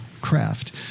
craft